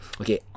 Okay